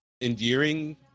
endearing